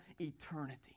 eternity